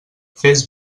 fes